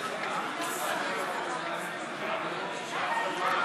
רבותיי השרים, חבריי חברי הכנסת, ואו,